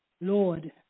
Lord